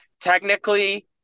Technically